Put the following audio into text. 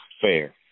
fair